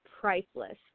priceless